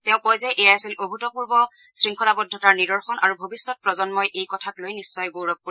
তেওঁ কয় যে এয়া আছিল অভূতপূৰ্ব শৃংখলাবদ্ধতাৰ নিদৰ্শন আৰু ভৱিষ্যত প্ৰজন্মই এই কথাক লৈ নিশ্চয় গৌৰৱ কৰিব